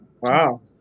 wow